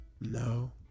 No